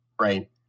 right